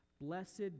Blessed